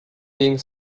being